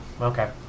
okay